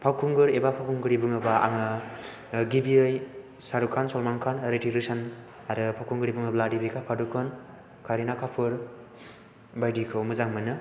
फावखुंगुर एबा फावखुंग्रि बुङोब्ला आङो गिबियै साहरुख खान सलमान खान रिटिक रसोन आरो फावखुंग्रि बुङोब्ला दिपिका फादुकन करिना कापुर बायदिखौ मोजां मोनो